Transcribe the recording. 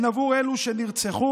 הן עבור אלו שנרצחו